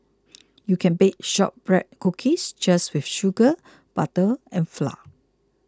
you can bake Shortbread Cookies just with sugar butter and flour